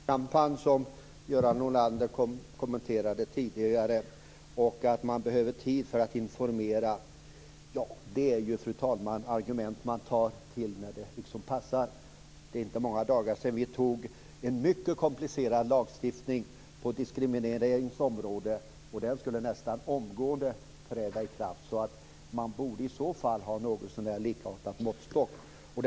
Fru talman! Jag vill också ta upp den informationskampanj som Göran Norlander kommenterade tidigare. Han sade att man behöver tid för att informera. Det är ju, fru talman, argument man tar till när det passar. Det är inte många dagar sedan vi antog en mycket komplicerad lagstiftning på diskrimineringens område, och den skulle träda i kraft nästan omgående. Man borde i så fall ha en någotsånär likartad måttstock.